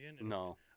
No